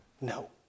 No